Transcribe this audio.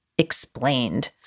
explained